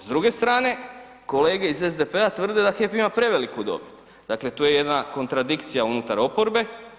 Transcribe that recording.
S druge strane kolege iz SDP-a tvrde da HEP ima preveliku dobit, dakle tu je jedna kontradikcija unutar oporbe.